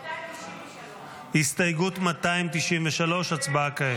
מירב בן ארי (יש עתיד): 293. הסתייגות 293. ההצבעה כעת.